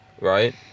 right